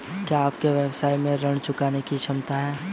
क्या आपके व्यवसाय में ऋण चुकाने की क्षमता है?